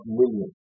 million